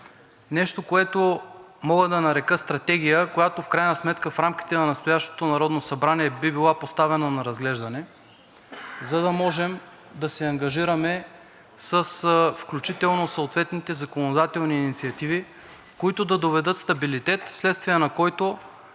Нещо, което мога да нарека стратегия, която в крайна сметка в рамките на настоящото Народно събрание би била поставена на разглеждане, за да можем да се ангажираме с включително съответните законодателни инициативи, които да доведат стабилитет, вследствие на който